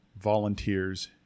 volunteers